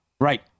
Right